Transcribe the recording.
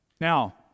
Now